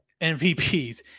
MVPs